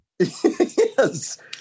Yes